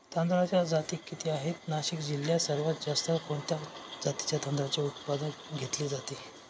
तांदळाच्या जाती किती आहेत, नाशिक जिल्ह्यात सर्वात जास्त कोणत्या जातीच्या तांदळाचे उत्पादन घेतले जाते?